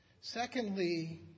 Secondly